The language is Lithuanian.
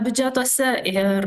biudžetuose ir